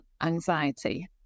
anxiety